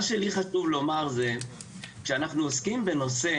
מה שלי חשוב לומר זה שאנחנו עוסקים בנושא